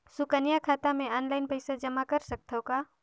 सुकन्या खाता मे ऑनलाइन पईसा जमा कर सकथव का?